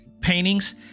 paintings